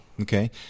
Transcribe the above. Okay